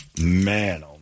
Man